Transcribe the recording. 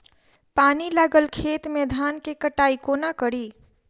पानि लागल खेत मे धान केँ कटाई कोना कड़ी?